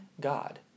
God